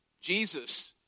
Jesus